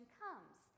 comes